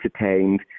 entertained